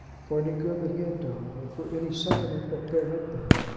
for any good that he had done, or for any sentiment that there had been,